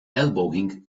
elbowing